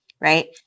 right